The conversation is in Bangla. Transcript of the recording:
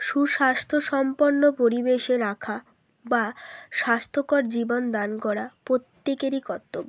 সুস্বাস্থ্য সম্পন্ন পরিবেশে রাখা বা স্বাস্থ্যকর জীবন দান করা প্রত্যেকেরই কর্তব্য